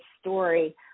story